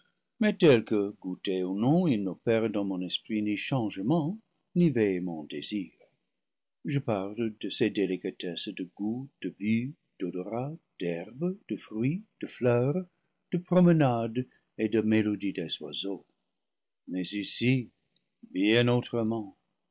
tel que goûté ou non il n'opère dans mon esprit ni changement ni véhément désir je parle de ces délicatesses de goût de vue d'odorat d'herbes de fruits de fleurs de promenades et de mélodie des oiseaux mais ici bien autrement